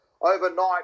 overnight